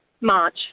March